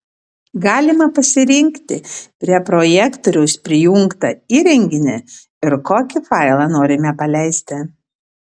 galima pasirinkti prie projektoriaus prijungtą įrenginį ir kokį failą norime paleisti